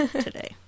today